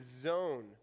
zone